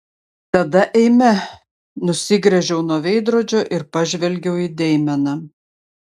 tada eime nusigręžiau nuo veidrodžio ir pažvelgiau į deimeną